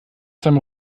seinem